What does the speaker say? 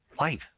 life